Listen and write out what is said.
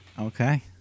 Okay